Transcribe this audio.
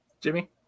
Jimmy